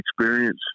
experience